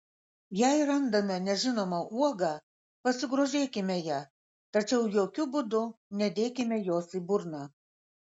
jei randame nežinomą uogą pasigrožėkime ja tačiau jokiu būdu nedėkime jos į burną